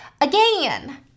again